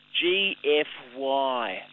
G-F-Y